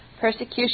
Persecution